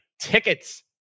tickets